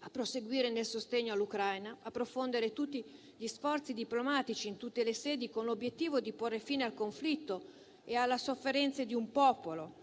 a proseguire nel sostegno all'Ucraina, a profondere tutti gli sforzi diplomatici in tutte le sedi, con l'obiettivo di porre fine al conflitto e alle sofferenze di un popolo,